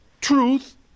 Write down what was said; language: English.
Truth